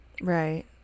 Right